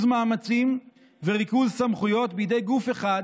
מאמצים וריכוז סמכויות בידי גוף אחד